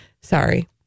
Sorry